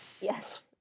yes